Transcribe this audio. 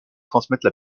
transmettre